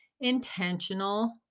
intentional